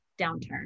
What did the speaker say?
downturn